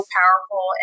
powerful